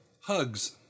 Hugs